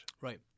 Right